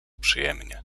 przyjemnie